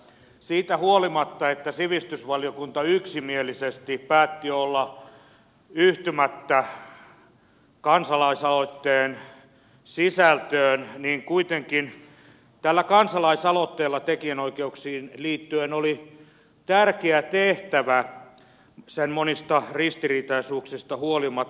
siitä huolimatta että sivistysvaliokunta yksimielisesti päätti olla yhtymättä kansalaisaloitteen sisältöön tällä kansalaisaloitteella tekijänoikeuksiin liittyen oli kuitenkin tärkeä tehtävä sen monista ristiriitaisuuksista huolimatta